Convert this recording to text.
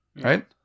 Right